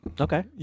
Okay